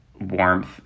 warmth